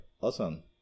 awesome